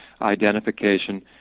identification